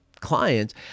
clients